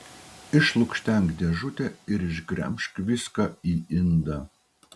išlukštenk dėžutę ir išgremžk viską į indą